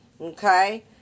Okay